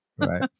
Right